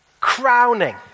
crowning